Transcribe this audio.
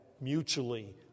mutually